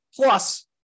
Plus